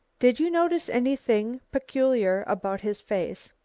did you notice anything peculiar about his face?